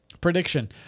Prediction